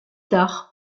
tard